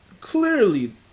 Clearly